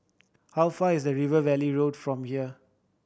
how far is River Valley Road from here